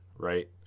Right